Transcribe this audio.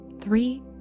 three